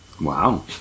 Wow